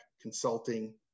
consulting